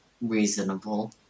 reasonable